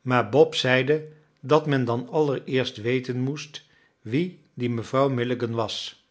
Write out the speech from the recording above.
maar bob zeide dat men dan allereerst weten moest wie die mevrouw milligan was